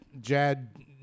Jad